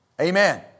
Amen